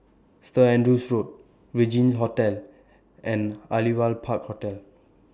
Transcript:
Saint Andrew's Road Regin Hotel and Aliwal Park Hotel